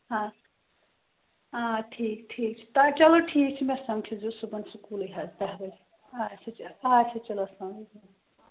آ آ ٹھیٖک ٹھیٖک چھُ تۄہہِ چلو ٹھیٖک چھُ مےٚ سَمکھِزیٚو صُبحن سکوٗلٕے حظ دَہ بَجے اَچھا چلو اَچھا چلو اسلام علیکُم